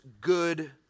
good